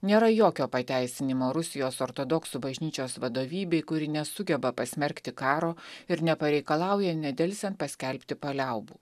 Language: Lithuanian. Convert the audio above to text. nėra jokio pateisinimo rusijos ortodoksų bažnyčios vadovybei kuri nesugeba pasmerkti karo ir nepareikalauja nedelsiant paskelbti paliaubų